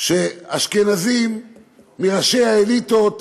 שאשכנזים מראשי האליטות,